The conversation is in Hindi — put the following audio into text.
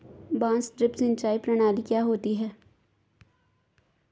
बांस ड्रिप सिंचाई प्रणाली क्या होती है?